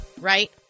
right